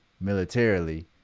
militarily